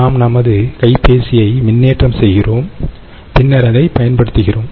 நாம் நமது கைப்பேசியை மின்னேற்றம் செய்கிறோம் பின்னர் அதை பயன்படுத்துகிறோம்